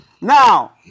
now